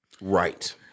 Right